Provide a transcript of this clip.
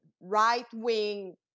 right-wing